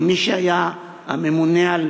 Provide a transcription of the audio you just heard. ממי שהיה הממונה על